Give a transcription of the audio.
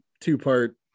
two-part